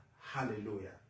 hallelujah